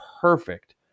perfect